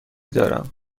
دارم